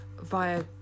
via